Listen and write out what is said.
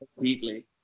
deeply